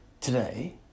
today